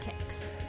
kicks